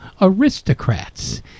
aristocrats